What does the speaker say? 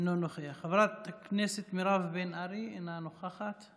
אינו נוכח, חברת הכנסת מירב בן ארי, אינה נוכחת.